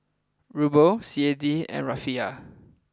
Ruble C A D and Rufiyaa